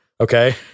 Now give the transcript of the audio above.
okay